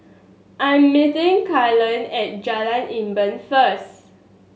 I am meeting Kaylen at Jalan Enam first